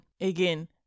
again